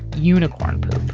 unicorn